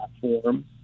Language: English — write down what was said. platform